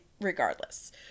regardless